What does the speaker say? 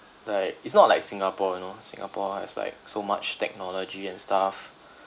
like it's not like singapore you know singapore has like so much technology and stuff